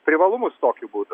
privalumus tokiu būdu